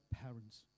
parents